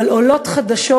אבל עולות חדשות,